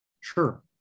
sure